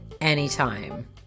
anytime